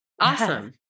Awesome